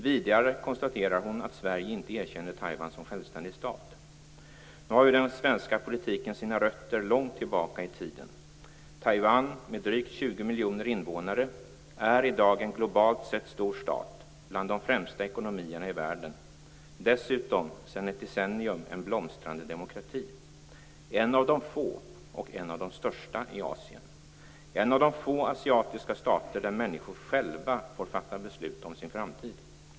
Vidare konstaterar hon att Sverige inte erkänner Taiwan som självständig stat. Nu har ju den svenska politiken sina rötter långt tillbaka i tiden. Taiwan med drygt 20 miljoner invånare är i dag en globalt sett stor stat - bland de främsta ekonomierna i världen. Dessutom är Taiwan sedan ett decennium en blomstrande demokrati, en av de få och en av de största i Asien, en av de få asiatiska stater där människor själva får fatta beslut om sin framtid.